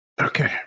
Okay